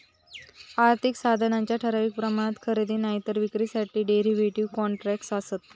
आर्थिक साधनांच्या ठराविक प्रमाणात खरेदी नायतर विक्रीसाठी डेरीव्हेटिव कॉन्ट्रॅक्टस् आसत